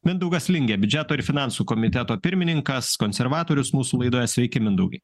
mindaugas lingė biudžeto ir finansų komiteto pirmininkas konservatorius mūsų laidoje sveiki mindaugai